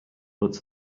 but